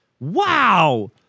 Wow